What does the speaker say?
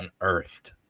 unearthed